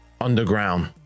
underground